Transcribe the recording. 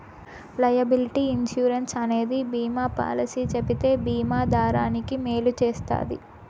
liability insurance అనేది బీమా policy చెబితే బీమా దారానికి మేలు చేస్తది